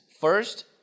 First